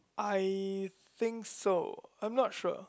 I think so I'm not sure